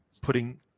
putting